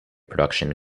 production